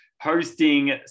hosting